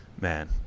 man